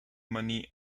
money